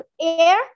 air